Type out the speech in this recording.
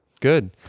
Good